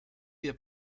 wir